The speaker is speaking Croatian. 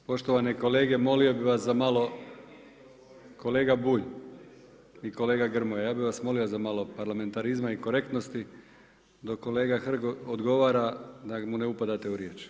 Poštovane kolege molio bih vas za malo …… [[Upadica se ne čuje.]] kolega Bulj i kolega Grmoja, ja bih vas zamolio za malo parlamentarizma i korektnosti dok kolega Hrg odgovara da mu ne upadate u riječ.